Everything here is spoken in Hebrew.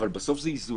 אבל בסוף זה איזונים.